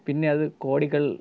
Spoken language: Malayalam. പിന്നെയത് കോടികൾ